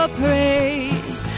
praise